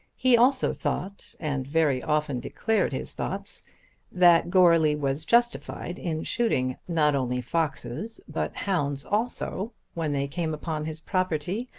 he also thought and very often declared his thoughts that goarly was justified in shooting not only foxes but hounds also when they came upon his property,